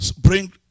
bring